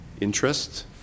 interest